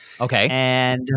Okay